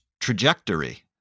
trajectory